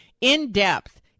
in-depth